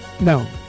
no